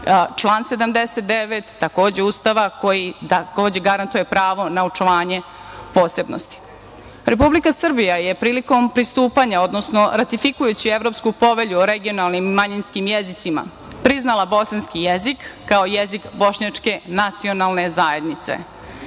Član 79. takođe Ustava koji garantuje pravo na očuvanje posebnosti. Republika Srbija je prilikom pristupanja, odnosno ratifikujući Evropsku povelju o regionalnim i manjinskim jezicima priznala bosanski jezik kao jezik Bošnjačke nacionalne zajednice.